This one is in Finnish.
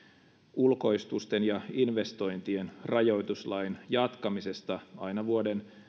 ulkoistusten ja investointien rajoituslain jatkamisesta aina vuoden